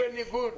בניגוד עניינים.